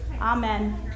Amen